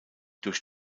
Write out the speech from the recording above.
durch